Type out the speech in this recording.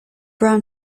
brown